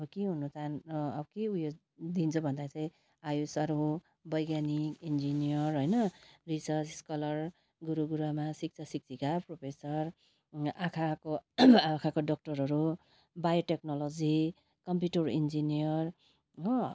अब के हुनु चाहन के उयो दिन्छु भन्दा चाहिँ आयोसर हो वैज्ञानिक इन्जिनियर होइन रिसर्च स्कलर गुरु गुरुआमा शिक्षक शिक्षिका प्रोफेसर आँखाको आँखाको डाक्टरहरू बायोटेक्नोलोजी कम्प्युटर इन्जिनियर हो